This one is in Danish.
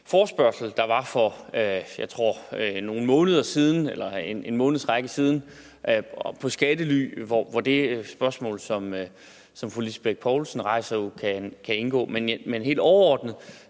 forespørgsel, der var for, jeg tror nogle måneder siden, om skattely, hvor det spørgsmål, som fru Lisbeth Bech Poulsen rejser, jo kan indgå. Men helt overordnet